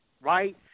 right